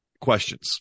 questions